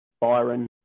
Byron